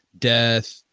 death,